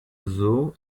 azul